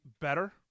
better